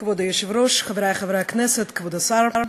כבוד היושב-ראש, חברי חברי הכנסת, כבוד השר,